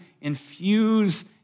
infuse